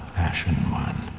ashen one.